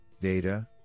data